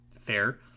fair